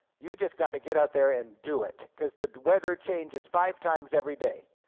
you just gotta get out there and do it, because the weather changes five times every day,